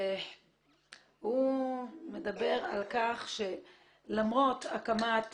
הוא מדבר על כך שלמרות הקמת